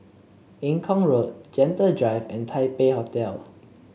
Eng Kong Road Gentle Drive and Taipei Hotel